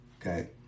okay